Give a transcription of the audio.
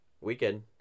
Weekend